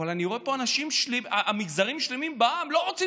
אבל אני רואה פה מגזרים שלמים בעם שלא רוצים